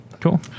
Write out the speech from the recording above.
Cool